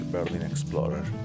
Berlinexplorer